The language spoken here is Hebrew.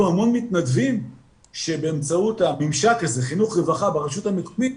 המון מתנדבים שבאמצעות הממשק הזה חינוך-רווחה ברשות המקומית